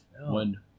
One